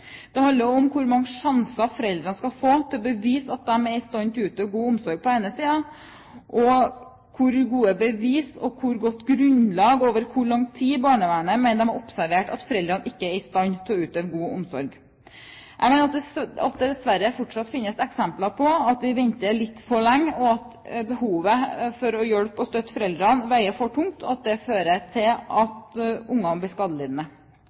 det biologiske prinsippet. Det handler på den ene siden om hvor mange sjanser foreldrene skal få til å bevise at de er i stand til å utøve god omsorg, og, på den andre siden, om hvor gode bevis på hvor godt grunnlag over hvor lang tid barnevernet mener de har observert at foreldrene ikke er i stand til å utøve god omsorg. Jeg mener at det dessverre fortsatt finnes eksempler på at vi venter litt for lenge, at behovet for å hjelpe og støtte foreldrene veier for tungt, og at det fører til at ungene blir